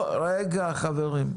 רגע, חברים.